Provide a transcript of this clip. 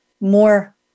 more